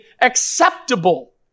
acceptable